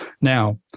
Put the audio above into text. Now